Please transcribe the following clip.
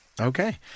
Okay